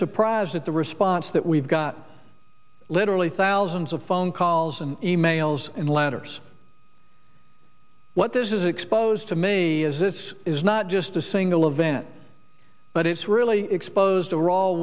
surprised at the response that we've got literally thousands of phone calls and e mails and letters what this is exposed to me is this is not just a single event but it's really exposed